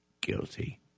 guilty